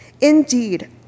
Indeed